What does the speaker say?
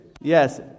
yes